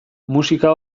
musika